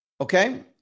Okay